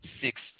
six